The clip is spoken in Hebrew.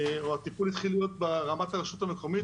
כשהטיפול התחיל להיות ברמה של הרשות המקומית,